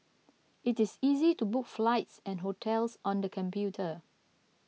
it is easy to book flights and hotels on the computer